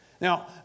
Now